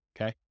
okay